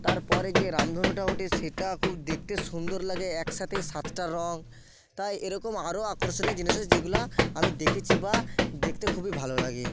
তার পরে যে রামধনুটা ওঠে সেটা খুব দেখতে সুন্দর লাগে একসাথে সাতটা রঙ তাই এরকম আরও আকর্ষণীয় জিনিস আছে যেগুলো আমি দেখেছি বা দেখতে খুবই ভালো লাগে